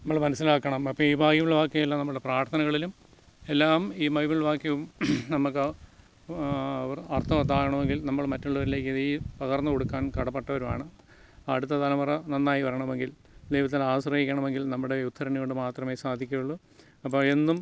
നമ്മൾ മനസ്സിലാക്കണം അപ്പോൾ ഈ ഭാഗ്യമുള്ള വാക്ക്യമെല്ലാം നമ്മളുടെ പ്രാർത്ഥനകളിലും എല്ലാം ഈ ബൈബിൾ വാക്ക്യവും നമ്മൾക്ക് അർത്ഥവത്താകണമെങ്കിൽ നമ്മൾ മറ്റുള്ളവരിലേക്ക് ഈ പകർന്നുകൊടുക്കാൻ കടപ്പെട്ടവരുമാണ് അടുത്ത തലമുറ നന്നായിവരണമെങ്കിൽ ദൈവത്തിൽ ആശ്രയിക്കണമെങ്കിൽ നമ്മുടെ ഈ ഉദ്ധരണികൊണ്ട് മാത്രമേ സാധിക്കുകയുള്ളൂ അപ്പോൾ എന്നും